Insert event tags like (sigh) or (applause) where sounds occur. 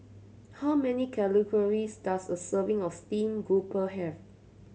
how many (unintelligible) does a serving of steamed grouper have